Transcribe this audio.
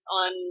on